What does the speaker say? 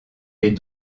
des